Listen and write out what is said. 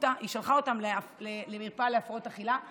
היא שלחה אותם למרפאה להפרעות אכילה,